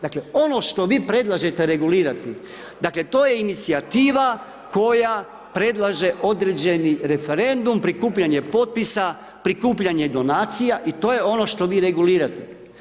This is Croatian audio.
Dakle, ono što vi predlažete regulirati, dakle, to je inicijativa koja predlaže određeni referendum, prikupljanje potpisa, prikupljanje donacija, i to je ono što vi regulirate.